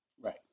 Right